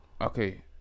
okay